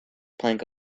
plank